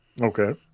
Okay